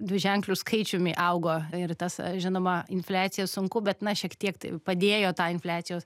dviženkliu skaičiumi augo ir tas žinoma infliacija sunku bet na šiek tiek tai padėjo tą infliacijos